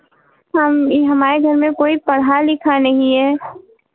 हम इ हमारे घर में कोई पढ़ा लिखा नहीं है